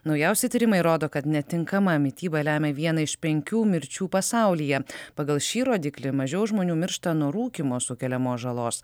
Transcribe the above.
naujausi tyrimai rodo kad netinkama mityba lemia vieną iš penkių mirčių pasaulyje pagal šį rodiklį mažiau žmonių miršta nuo rūkymo sukeliamos žalos